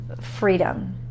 freedom